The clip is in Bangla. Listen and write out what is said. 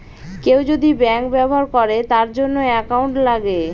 কেউ যদি ব্যাঙ্ক ব্যবহার করে তার জন্য একাউন্ট লাগে